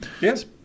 Yes